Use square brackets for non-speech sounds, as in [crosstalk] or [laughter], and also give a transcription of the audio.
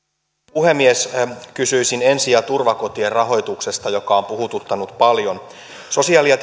puhemies kysyisin ensi ja turvakotien rahoituksesta joka on puhututtanut paljon sosiaali ja [unintelligible]